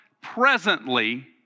presently